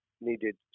needed